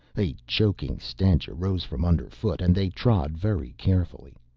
a choking stench arose from underfoot and they trod very carefully.